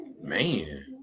Man